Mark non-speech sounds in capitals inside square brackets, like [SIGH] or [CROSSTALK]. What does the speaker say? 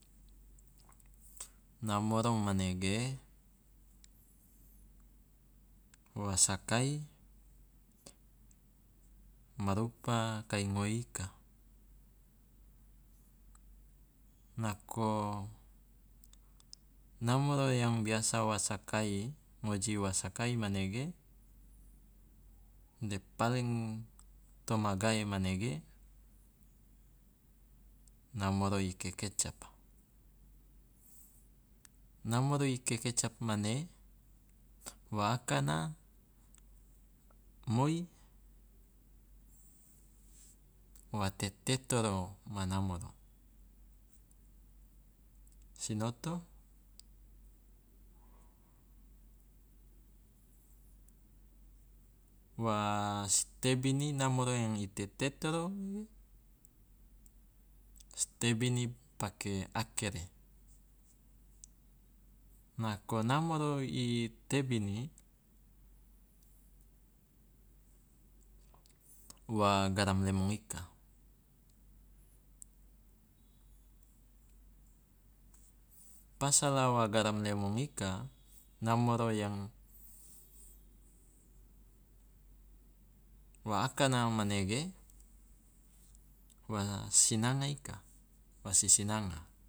Namoro manege wa sakai ma rupa kai ngoe ika, nako namoro yang biasa wa sakai ngoji wa sakai manege de paling to magae manege namoro i kekecap. Namoro yang i kekecap mane wa akana moi wa tetetoro ma namoro, sinoto wa si tebini namoro yang i tetetoro [UNINTELLIGIBLE] si tebini pake akere, nako namoro i tebini wa garam lemong ika, pasala wa garam lemong ika namoro yang wa akana manege wa sinanga ika wa sisinanga